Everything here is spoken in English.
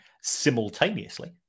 simultaneously